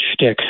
stick